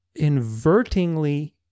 invertingly